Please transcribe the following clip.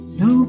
no